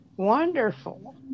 Wonderful